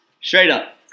Straight-up